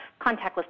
contactless